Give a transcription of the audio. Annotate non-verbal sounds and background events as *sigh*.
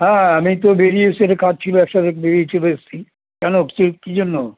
হ্যাঁ আমি একটু বেরিয়ে এসেছি একটা কাজ ছিল এক *unintelligible* বেরিয়ে চলে এসেছি কেন কী কী জন্য